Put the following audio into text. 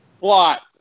Plot